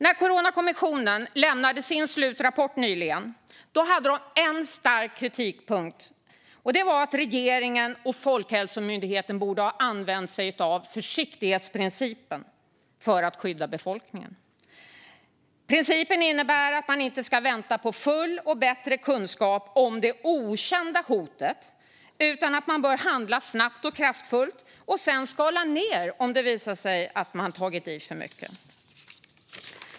När Coronakommissionen nyligen lämnade sin slutrapport var en stark kritikpunkt att regeringen och Folkhälsomyndigheten borde ha använt sig av försiktighetsprincipen för att skydda befolkningen. Principen innebär att man inte ska vänta på full och bättre kunskap om det okända hotet utan att man bör handla snabbt och kraftfullt och sedan skala ned om det visar sig att man tagit i för mycket.